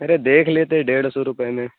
ارے دیکھ لیتے ڈیڑھ سو روپئے میں